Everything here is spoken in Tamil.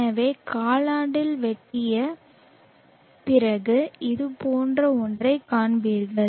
எனவே காலாண்டில் வெட்டிய பிறகு இதுபோன்ற ஒன்றைக் காண்பீர்கள்